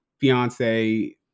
fiance